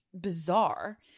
bizarre